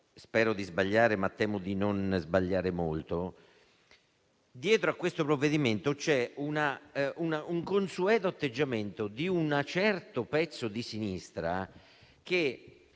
spero di sbagliare, ma temo di non sbagliare molto - dietro a questo provvedimento c'è un consueto atteggiamento di un certo pezzo di sinistra che,